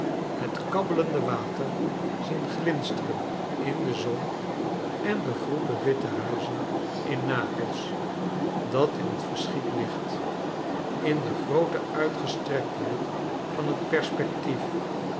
het kabbelende water zien glinsteren in de zon en de groepen witte huizen in nap els dat in het verschiet ligt in de groote uitgestrektheid van het perspectief